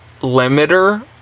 limiter